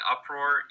Uproar